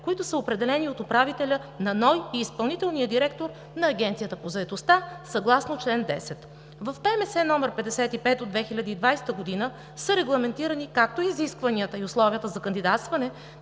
които са определени от управителя на НОИ и изпълнителния директор на Агенцията по заетостта съгласно чл. 10. В ПМС № 55/2020 г. са регламентирани както изискванията и условията за кандидатстване,